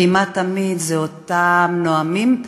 כמעט תמיד זה אותם נואמים,